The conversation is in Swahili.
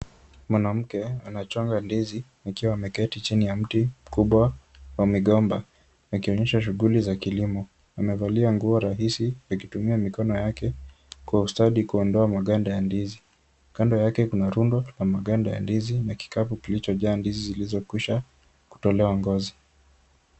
Mwanamke anachonga ndizi akiwa ameketi chini ya mti mkubwa wa mgomba. Akionyesha shughuli za kilimo. Amevalia nguo rahisi, akitumia mikono yake kwa ustadi kuondoa maganda ya ndizi. Kando yake kuna rundo la maganda ya ndizi na kikapu kilichojaa ndizi zilizo kwisha kutolewa ngozi.